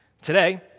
Today